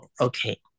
okay